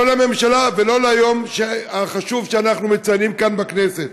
לא לממשלה ולא ליום החשוב שאנחנו מציינים כאן בכנסת.